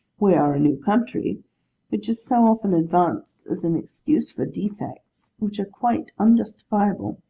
we are a new country which is so often advanced as an excuse for defects which are quite unjustifiable,